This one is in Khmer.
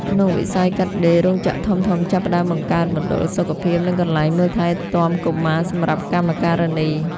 ក្នុងវិស័យ កាត់ដេរ រោងចក្រធំៗចាប់ផ្ដើមបង្កើតមណ្ឌលសុខភាព និងកន្លែងមើលថែទាំកុមារសម្រាប់កម្មការិនី។